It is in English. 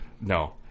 No